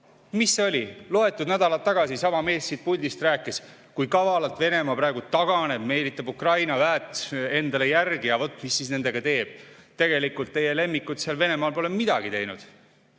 Mis see oli? Loetud nädalad tagasi sama mees siit puldist rääkis, kui kavalalt Venemaa praegu taganeb, meelitab Ukraina väed endale järele ja vot mis siis nendega teeb. Tegelikult pole teie lemmikud seal Venemaal midagi teinud.